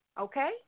Okay